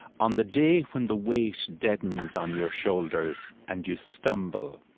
on the day when the weight deadens on your shoulders and you stumble,